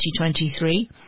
2023